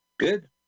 good